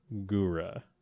Gura